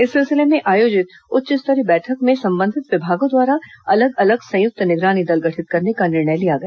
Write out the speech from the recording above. इस सिलसिले में आयोजित उच्च स्तरीय बैठक में संबंधित विभागों द्वारा अलग अलग संयुक्त निगरानी दल गठित करने का निर्णय लिया गया